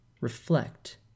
reflect